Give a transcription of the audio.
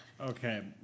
Okay